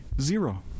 Zero